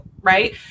right